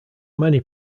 many